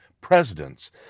presidents